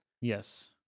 yes